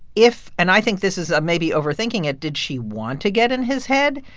if and i think this is maybe overthinking it did she want to get in his head?